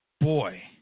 Boy